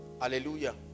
hallelujah